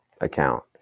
account